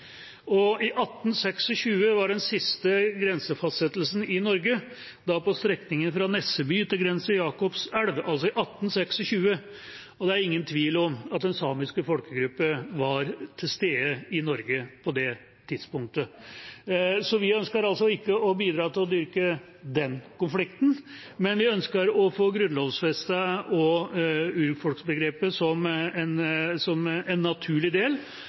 var den siste grensefastsettelsen i Norge, da på strekningen fra Nesseby til Grense Jakobselv. Det er ingen tvil om at den samiske folkegruppen var til stede i Norge på det tidspunktet. Vi ønsker altså ikke å bidra til å dyrke den konflikten, men vi ønsker å få grunnlovfestet urfolksbegrepet som en naturlig del